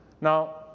Now